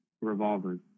Revolver's